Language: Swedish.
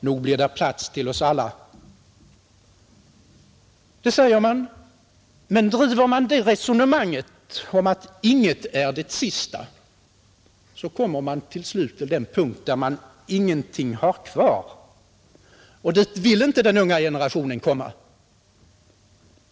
Nog blir det plats för oss alla. — Men driver man det resonemanget att inget är det sista, kommer man till slut till den punkt där man ingenting har kvar, och dit vill inte den unga generationen komma.